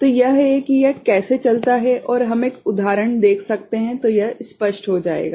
तो यह है कि यह कैसे चलता है और हम एक उदाहरण देख सकते हैं तो यह स्पष्ट हो जाएगा